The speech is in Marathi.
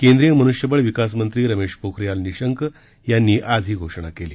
केंद्रीय मनृष्यबळ विकास मंत्री रमेश पोखरियाल निशंक यांनी आज ही घोषणा केली